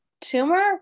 tumor